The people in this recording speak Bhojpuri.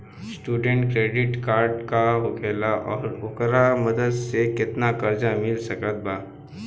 स्टूडेंट क्रेडिट कार्ड का होखेला और ओकरा मदद से केतना कर्जा मिल सकत बा?